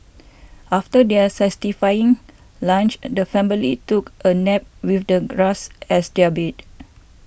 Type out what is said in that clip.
after their satisfying lunch the family took a nap with the grass as their bed